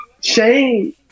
Shane